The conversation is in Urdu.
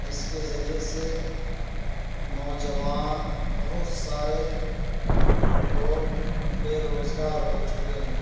جس کے ذریعے سے نوجوان بہت سارے لوگ بے روزگار ہو چکے ہیں